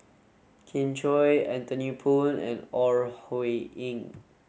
Kin Chui Anthony Poon and Ore Huiying